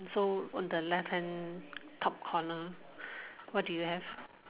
so on the left hand top corner what do you have